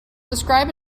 describe